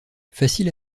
facile